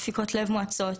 דפיקות לב מואצות,